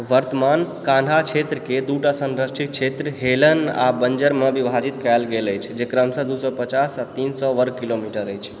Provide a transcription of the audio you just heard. वर्त्तमान कान्हा क्षेत्रके दूटा संरक्षित क्षेत्र हेलन आ बञ्जरमे विभाजित कयल गेल अछि जे क्रमशः दू सए पचास आ तीन सए वर्ग किलोमीटर अछि